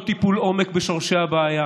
לא טיפול עומק בשורשי הבעיה,